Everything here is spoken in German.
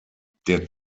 der